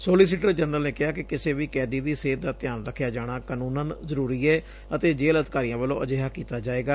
solicitor general ਨੇ ਕਿਹਾ ਕਿ ਕਿਸੇ ਵੀ ਕੈਦੀ ਦੀ ਸਿਹਤ ਦਾ ਧਿਆਨ ਰਖਿਆ ਜਾਣਾ ਕਾਨੂੰਨਨ ਜ਼ਰੂਰੀ ਏ ਅਤੇ ਜੇਲੂ ਅਧਿਕਾਰੀਆਂ ਵੱਲੋਂ ਅਜਿਹਾ ਕੀਤਾ ਜਾਏਗਾ